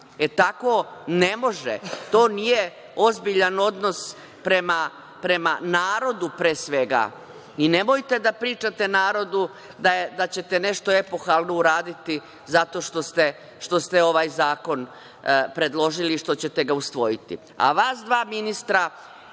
Bačka. Tako ne može. To nije ozbiljan odnos prema narodu, pre svega. Nemojte da pričate narodu da ćete nešto epohalno uraditi zato što ste ovaj zakon predložili i što ćete ga usvojiti. Vas dva ministra,